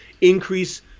increase